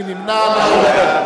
מי נמנע?